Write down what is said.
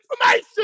information